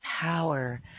power